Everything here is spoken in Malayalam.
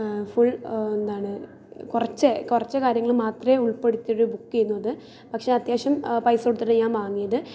ഫുൾ എന്താണ് കുറച്ച് കുറച്ചു കാര്യങ്ങൾ മാത്രമേ ഉൾപ്പെടുത്തിയിട്ട് ബുക്ക് ചെയ്തത് പക്ഷെ അത്യാവശ്യം പൈസ കൊടുത്തിട്ടാണ് ഞാൻ വാങ്ങിയത്